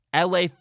LA